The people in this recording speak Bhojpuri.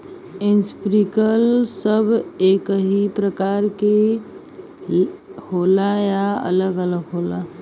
इस्प्रिंकलर सब एकही प्रकार के होला या अलग अलग होला?